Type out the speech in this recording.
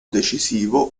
decisivo